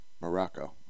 Morocco